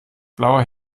blauer